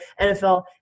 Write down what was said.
NFL